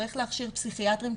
צריך להכשיר פסיכיאטרים,